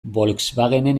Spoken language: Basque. volkswagenen